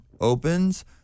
opens